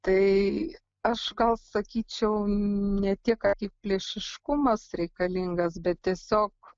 tai aš gal sakyčiau ne tiek akiplėšiškumas reikalingas bet tiesiog